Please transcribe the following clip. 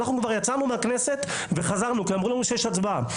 אנחנו כבר יצאנו מהכנסת וחזרנו כי אמרו לנו שיש הצבעה.